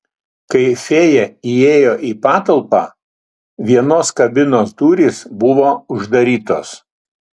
kai fėja įėjo į patalpą vienos kabinos durys buvo uždarytos